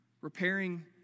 repairing